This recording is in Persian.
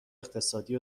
اقتصادی